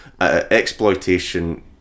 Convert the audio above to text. exploitation